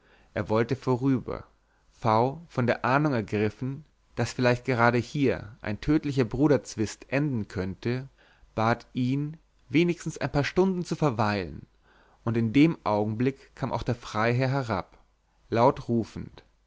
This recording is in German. er wollte vorüber v von der ahnung ergriffen daß vielleicht gerade hier ein tödlicher bruderzwist enden könnte bat ihn wenigstens ein paar stunden zu verweilen und in dem augenblick kam auch der freiherr herab laut rufend